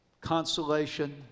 consolation